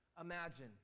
imagine